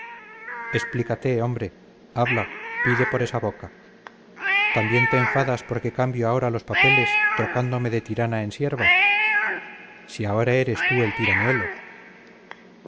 explícate hombre habla pide por esa boca también te enfadas porque cambio ahora los papeles trocándome de tirana en sierva si ahora eres tú el tiranuelo